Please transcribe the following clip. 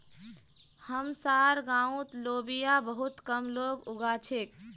हमसार गांउत लोबिया बहुत कम लोग उगा छेक